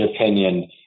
opinion